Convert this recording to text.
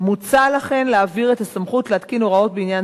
מוצע לכן להעביר את הסמכות להתקין הוראות בעניין